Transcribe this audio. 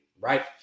right